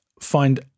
find